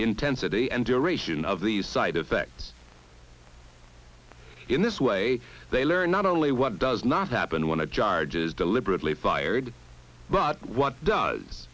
intensity and duration of the side effects in this way they learn not only what does not happen when the charge is deliberately fired but what does